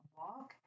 walk